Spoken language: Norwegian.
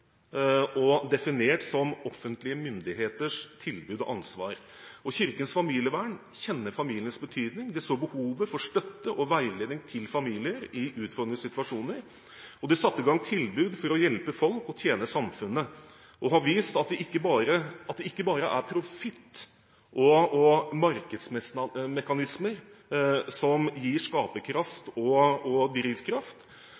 og definert som offentlige myndigheters tilbud og ansvar. Kirkens Familievern kjenner familiens betydning og så behovet for støtte og veiledning til familier i utfordrende situasjoner, og de satte i gang tilbud for å hjelpe folk og tjene samfunnet. De har vist at det ikke bare er profitt og markedsmekanismer som gir